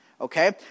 Okay